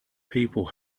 people